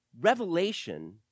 Revelation